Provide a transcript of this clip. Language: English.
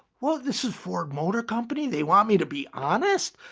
well, this is ford motor company. they want me to be honest.